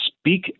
speak